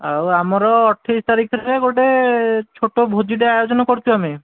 ଆଉ ଆମର ଅଠେଇଶ ତାରିଖରେ ଗୋଟେ ଛୋଟ ଭୋଜିଟେ ଆୟୋଜନ କରିଛୁ ଆମେ